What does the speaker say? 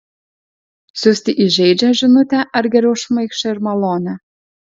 siųsti įžeidžią žinutę ar geriau šmaikščią ir malonią